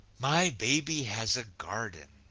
my baby has a garden,